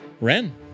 Ren